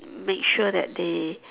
make sure that they